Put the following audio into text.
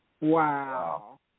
Wow